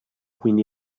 quindi